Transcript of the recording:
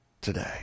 today